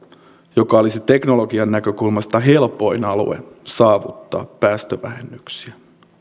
joka olisi teknologian näkökulmasta helpoin alue saavuttaa päästövähennyksiä